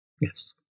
Yes